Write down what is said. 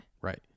right